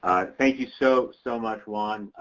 thank you so so much juan.